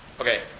Okay